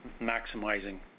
maximizing